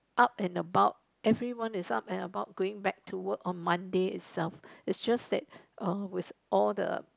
up and about everyone is up and about going back to work on Monday itself it just that uh with all the